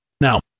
Now